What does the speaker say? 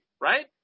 Right